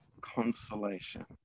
consolation